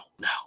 No